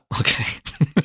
okay